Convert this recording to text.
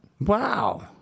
Wow